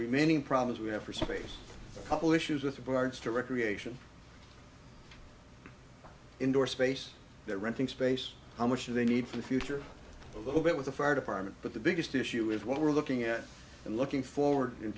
remaining problems we have for space couple issues with regards to recreation indoor space they're renting space how much they need for the future a little bit with the fire department but the biggest issue is what we're looking at and looking forward in